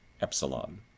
epsilon